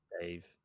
Dave